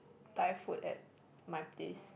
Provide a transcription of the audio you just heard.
Thai food at my place